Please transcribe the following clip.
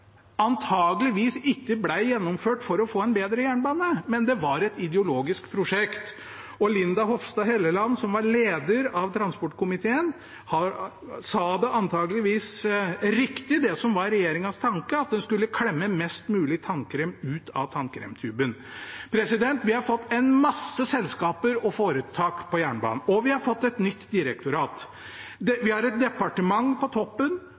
ikke ble gjennomført for å få en bedre jernbane, men at det var et ideologisk prosjekt. Linda Hofstad Helleland, som var leder av transportkomiteen, sa det antakeligvis riktig, det som var regjeringens tanke, at de skulle klemme mest mulig tannkrem ut av tannkremtuben. Vi har fått en masse selskaper og foretak på jernbanen, og vi har fått et nytt direktorat. Vi har et departement på toppen,